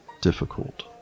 difficult